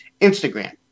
Instagram